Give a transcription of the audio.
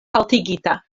haltigita